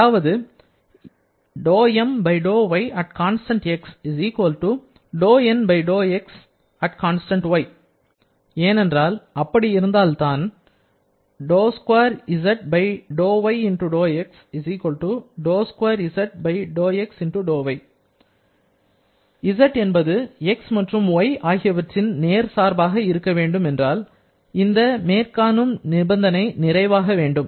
அதாவது ஏனென்றால் அப்படி இருந்தால் தான் z என்பது x மற்றும் y ஆகியவற்றின் நேர் சார்பாக இருக்க வேண்டும் என்றால் இந்த மேற்காணும் நிபந்தனை நிறைவாக வேண்டும்